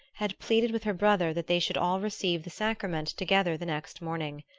had pleaded with her brother that they should all receive the sacrament together the next morning.